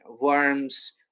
worms